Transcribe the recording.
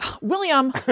William